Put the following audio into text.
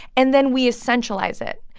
and then we essentialize it.